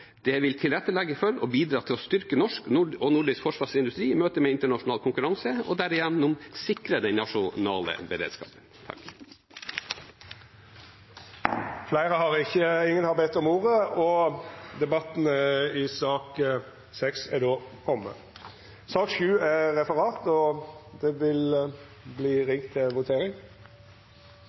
Det vil tilrettelegge for og bidra til å styrke norsk og nordisk forsvarsindustri i møte med internasjonal konkurranse og derigjennom sikre den nasjonale beredskapen. Fleire har ikkje bedt om ordet til sak nr. 6. Då ser det ut til at me er klare til å gå til votering.